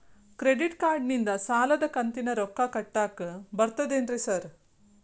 Credit ಕಾರ್ಡನಿಂದ ಸಾಲದ ಕಂತಿನ ರೊಕ್ಕಾ ಕಟ್ಟಾಕ್ ಬರ್ತಾದೇನ್ರಿ ಸಾರ್?